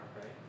right